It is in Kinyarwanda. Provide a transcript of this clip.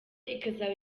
ikazaba